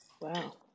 Wow